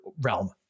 realm